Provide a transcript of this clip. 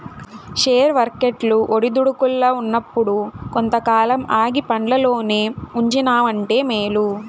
share వర్కెట్లు ఒడిదుడుకుల్ల ఉన్నప్పుడు కొంతకాలం ఆగి పండ్లల్లోనే ఉంచినావంటే మేలు